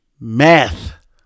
math